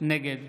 נגד